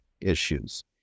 issues